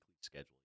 schedule